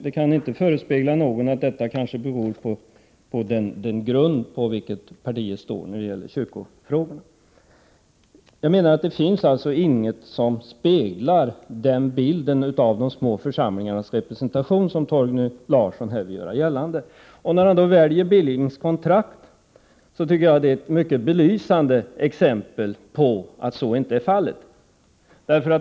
Det kan möjligen inte förespegla någon att detta hänger samman med den grund som partiet står på när det gäller kyrkofrågorna. Jag menar således att det inte finns någonting som speglar den bild av de små församlingarnas representation som Torgny Larsson vill göra gällande. Han nämner Billings kontrakt, och det tycker jag är ett mycket belysande exempel på att resonemanget inte stämmer.